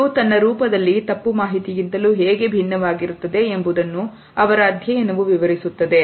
ಸುಳ್ಳು ತನ್ನ ರೂಪದಲ್ಲಿ ತಪ್ಪು ಮಾಹಿತಿ ಗಿಂತಲೂ ಹೇಗೆ ಭಿನ್ನವಾಗಿರುತ್ತದೆ ಎಂಬುದನ್ನು ಅವರ ಅಧ್ಯಯನವು ವಿವರಿಸುತ್ತದೆ